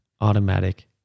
automatic